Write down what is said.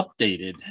updated